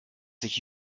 sich